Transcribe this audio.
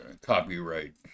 copyright